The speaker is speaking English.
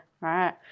right